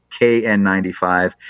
KN95